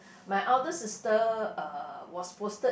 my eldest sister uh was posted